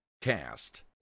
cast